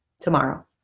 tomorrow